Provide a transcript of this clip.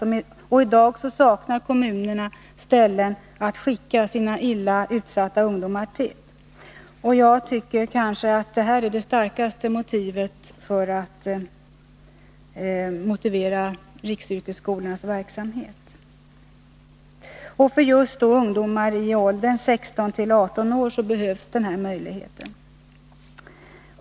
I dag saknar kommunerna ställen att skicka sina utsatta ungdomar till. Jag tycker kanske att detta är det starkaste motivet för att behålla riksyrkesskolornas verksamhet. Särskilt för ungdomar i åldern 16-18 år behövs denna utbildningsmöjlighet.